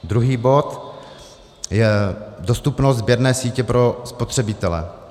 Druhý bod je dostupnost sběrné sítě pro spotřebitele.